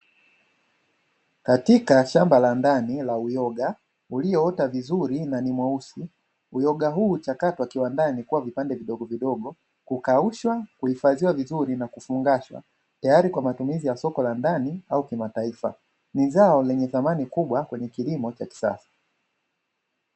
Katika shamba la ndani la uyoga ulioota vizuri na ni mweusi. Uyoga huu huchakatwa kiwandani na kuwa vipande vidogovidogo; hukaushwa, kuhifadhiwa vizuri na kufungashwa tayari kwa matumizi ya soko la ndani au kimataifa, ni zao lenye thamani kubwa kwenye kilimo cha kisasa.